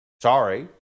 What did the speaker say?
Sorry